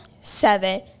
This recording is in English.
Seven